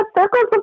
circles